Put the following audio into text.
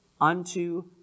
unto